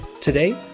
today